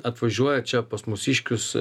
atvažiuoja čia pas mūsiškius